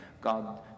God